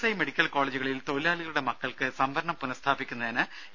I medical കോളേജുകളിൽ തൊഴിലാളികളുടെ മക്കൾക്ക് സംവരണം പുനസ്ഥാപിക്കുന്നതിന് ഇ